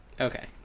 Okay